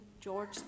George